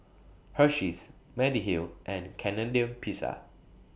Hersheys Mediheal and Canadian Pizza